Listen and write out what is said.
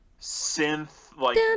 synth-like